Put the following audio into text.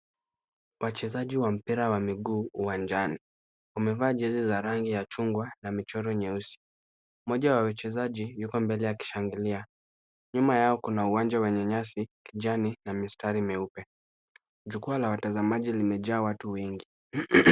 Wachezaji wa mpira wa miguu uwanjani. Wamevaa jezi ya rangi ya chungwa na michoro nyeusi. Mmoja wa wachezaji yuko mbele akishangalia. Nyuma yao kuna uwanja wenye nyasi kijani na mistari meupe. Jukwaa la watazamaji limejaa watu wengi.